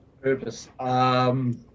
Purpose